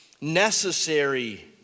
necessary